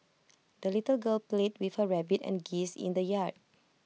the little girl played with her rabbit and geese in the yard